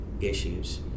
issues